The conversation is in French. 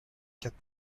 quatre